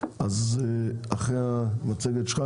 אז אחרי המצגת שלך,